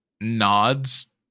nods